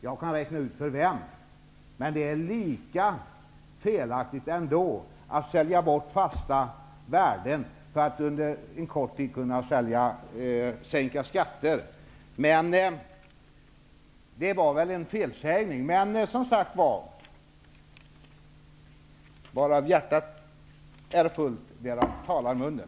Jag kan räkna ut för vilka, men det är ändå lika felaktigt att sälja bort fasta värden för att under en kort tid kunna sänka skatter. Detta var väl en felsägning, men som sagt: Varav hjärtat är fullt, därav talar munnen.